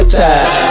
time